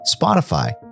Spotify